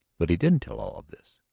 but he didn't tell all of this,